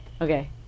okay